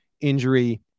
injury